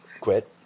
quit